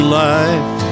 life